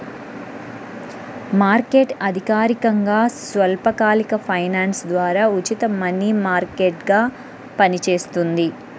market అధికారికంగా స్వల్పకాలిక finance ద్వారా ఉచిత మనీ మార్కెట్గా పనిచేస్తుంది